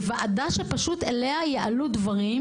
זה ועדה שאליה יעלו דברים